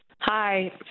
hi